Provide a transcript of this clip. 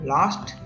Last